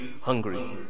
hungry